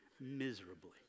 miserably